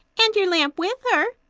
and your lamp with her,